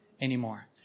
anymore